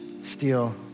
steal